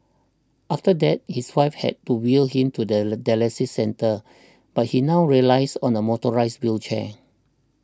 after that his wife had to wheel him to the dialysis centre but he now relies on a motorised wheelchair